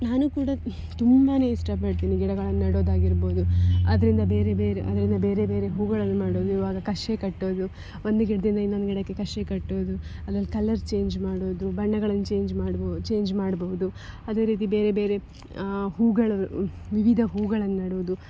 ನಾನು ಕೂಡ ತುಂಬಾ ಇಷ್ಟಪಡ್ತೀನಿ ಗಿಡಗಳನ್ನು ನೆಡೋದಾಗಿರ್ಬೋದು ಅದರಿಂದ ಬೇರೆ ಬೇರೆ ಅದರಿಂದ ಬೇರೆ ಬೇರೆ ಹೂವುಗಳನ್ನು ಮಾಡೋದು ಇವಾಗ ಕಸಿ ಕಟ್ಟೋದು ಒಂದು ಗಿಡದಿಂದ ಇನ್ನೊಂದು ಗಿಡಕ್ಕೆ ಕಸಿ ಕಟ್ಟೋದು ಅಲ್ಲಲ್ಲಿ ಕಲ್ಲರ್ ಚೇಂಜ್ ಮಾಡೋದು ಬಣ್ಣಗಳನ್ನು ಚೇಂಜ್ ಮಾಡ್ಬೋ ಚೇಂಜ್ ಮಾಡ್ಬೋದು ಅದೇ ರೀತಿ ಬೇರೆ ಬೇರೆ ಹೂವುಗಳು ವಿವಿಧ ಹೂವುಗಳನ್ನು ನೆಡೋದು